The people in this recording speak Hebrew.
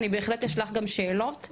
אני בהחלט אשלח גם שאלות,